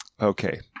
okay